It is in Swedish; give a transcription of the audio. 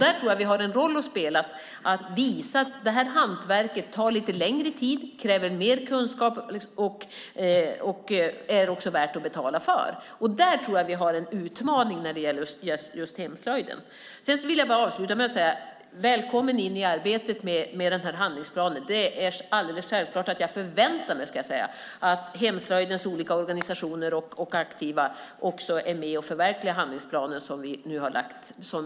Vi har där en roll att spela att visa att hantverket tar lite längre tid, kräver mer kunskap och också är värt att betala för. Där har vi en utmaning när det gäller just hemslöjden. Jag vill avsluta med att säga: Välkommen in i arbetet med handlingsplanen. Det är alldeles självklart att jag förväntar mig att hemslöjdens olika organisationer och aktiva också är med och förverkligar handlingsplanen som vi nu har lagt fram.